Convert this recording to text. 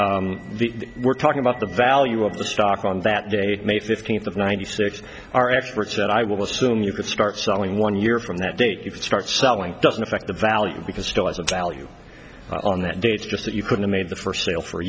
the we're talking about the value of the stock on that day may fifteenth of ninety six are experts that i will assume you could start selling one year from that date you start selling doesn't affect the value because still as a value on that day it's just that you couldn't made the first sale for a